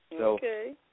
Okay